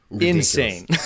insane